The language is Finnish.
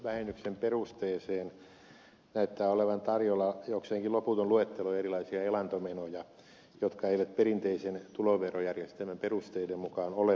kotitalousvähennyksen perusteeseen näyttää olevan tarjolla jokseenkin loputon luettelo erilaisia elantomenoja jotka eivät perinteisen tuloverojärjestelmän perusteiden mukaan ole vähennyskelpoisia